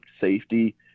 safety